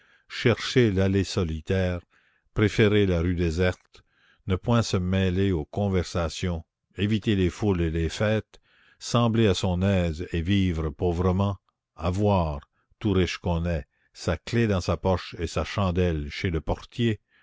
chercher l'allée solitaire préférer la rue déserte ne point se mêler aux conversations éviter les foules et les fêtes sembler à son aise et vivre pauvrement avoir tout riche qu'on est sa clef dans sa poche et sa chandelle chez le portier